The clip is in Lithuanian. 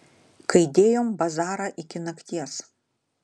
kai dėjom bazarą iki nakties